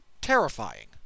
terrifying